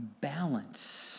balance